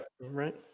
right